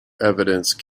evidence